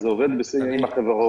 זה עובד עם החברות,